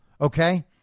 okay